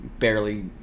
barely